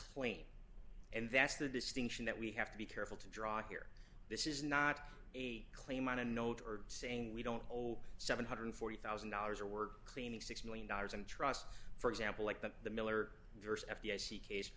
the distinction that we have to be careful to draw here this is not a claim on a note or saying we don't hold seven hundred and forty thousand dollars or we're cleaning six million dollars in trust for example like the the miller f d i c case